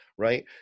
Right